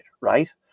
right